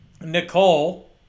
Nicole